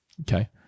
okay